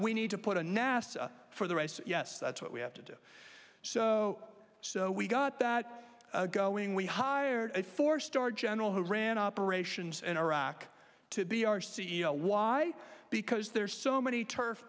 we need to put a nasa for the race yes that's what we have to do so so we got that going we hired a four star general who ran operations in iraq to be our c e o why because there's so many turf